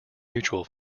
mutual